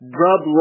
rub